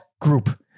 group